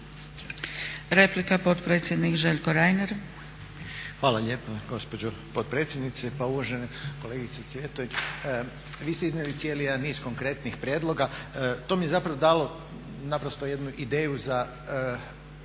Replika, potpredsjednik Željko Reiner.